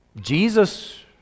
Jesus